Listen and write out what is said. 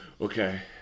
Okay